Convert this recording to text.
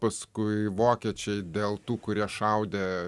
paskui vokiečiai dėl tų kurie šaudė